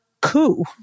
coup